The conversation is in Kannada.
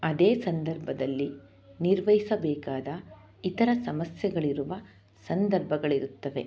ಅದೇ ಸಂದರ್ಭದಲ್ಲಿ ನಿರ್ವಹಿಸಬೇಕಾದ ಇತರ ಸಮಸ್ಯೆಗಳಿರುವ ಸಂದರ್ಭಗಳಿರುತ್ತವೆ